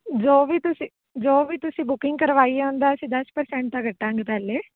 ਜੋ ਵੀ ਤੁਸੀਂ ਜੋ ਵੀ ਤੁਸੀਂ ਬੁਕਿੰਗ ਕਰਵਾਈ ਹੈ ਉਹਦਾ ਅਸੀਂ ਦਸ ਪਰਸੈਂਟ ਤਾਂ ਕੱਟਾਂਗੇ ਪਹਿਲੇ